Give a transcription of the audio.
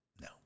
No